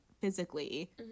physically